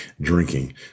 drinking